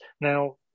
Now